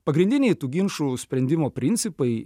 pagrindiniai tų ginčų sprendimo principai